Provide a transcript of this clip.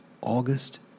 August